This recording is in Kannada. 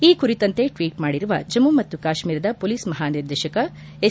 ಈ ಕುರಿತಂತೆ ಟ್ವೀಟ್ ಮಾಡಿರುವ ಜಮ್ನು ಮತ್ತು ಕಾಶ್ನೀರದ ಪೊಲೀಸ್ ಮಹಾ ನಿರ್ದೇಶಕ ಎಸ್